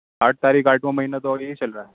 آٹھ تاریخ آٹھواں مہینہ تو ابھی ہی چل رہا